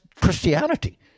Christianity